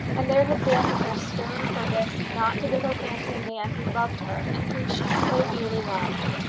and there had been her stern purpose not to give her hand to the man who loved her and whom she so dearly loved!